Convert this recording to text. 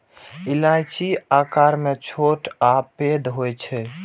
इलायची आकार मे छोट आ पैघ होइ छै